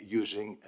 using